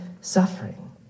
suffering